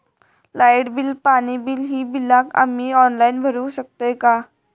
Light bill, पाणी bill, ही बिला आम्ही ऑनलाइन भरू शकतय का?